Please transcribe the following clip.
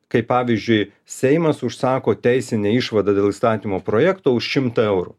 kai pavyzdžiui seimas užsako teisinę išvadą dėl įstatymo projekto už šimtą eurų